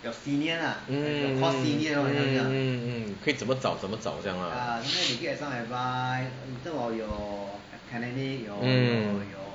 mm mm mm mm mm 可以怎么找怎么找这样 mm